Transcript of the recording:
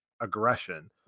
aggression